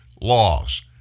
laws